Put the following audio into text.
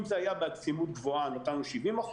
אם זה היה בעצימות גבוהה נתנו 70%,